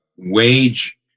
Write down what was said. Wage